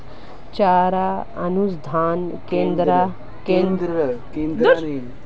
चारा अनुसंधान केंद्र कहाँ है?